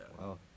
Wow